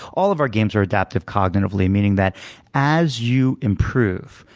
all of our games are adaptive cognitively, meaning that as you improve,